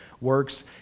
works